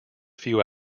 few